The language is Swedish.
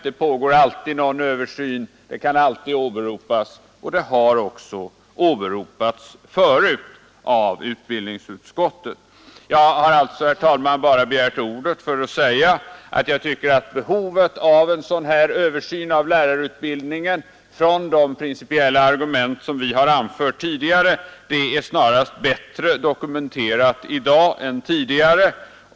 Det pågår alltid någon översyn — det kan alltid åberopas och det har också åberopats förut av utbildningsutskottet. Jag har, herr talman, begärt ordet bara för att säga att jag tycker att behovet av en översyn av lärarutbildningen från de principiella argument som vi har anfört tidigare är snarast bättre dokumenterat i dag än tidigare.